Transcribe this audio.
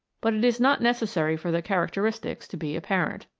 but it is not necessary for the characteristics to be apparent.